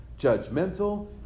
judgmental